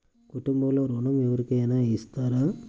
కుటుంబంలో ఋణం ఎవరికైనా ఇస్తారా?